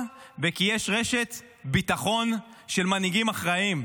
וכי יש רשת ביטחון של מנהיגים אחראיים,